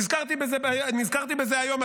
נזכרתי בזה היום,